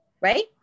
Right